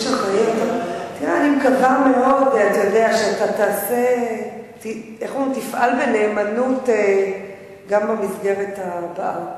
אתה יודע, שתפעל בנאמנות גם במסגרת הבאה.